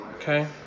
Okay